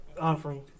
offering